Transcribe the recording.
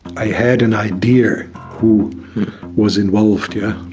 i had an idea who was involved here